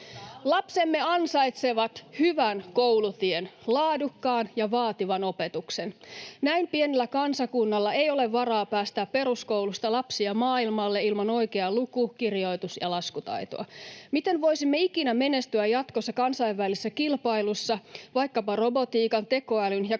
Lapsemme ansaitsevat hyvän koulutien, laadukkaan ja vaativan opetuksen. Näin pienellä kansakunnalla ei ole varaa päästää peruskoulusta lapsia maailmalle ilman oikeaa luku-, kirjoitus- ja laskutaitoa. Miten voisimme ikinä menestyä jatkossa kansainvälisessä kilpailussa vaikkapa robotiikan, tekoälyn ja